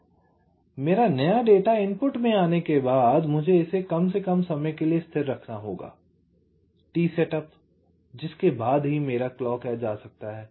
इसलिए मेरा नया डेटा इनपुट में आने के बाद मुझे इसे कम से कम समय के लिए स्थिर रखना होगा t सेटअप जिसके बाद ही मेरा क्लॉक एज आ सकता है